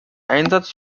einsatz